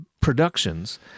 productions